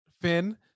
Finn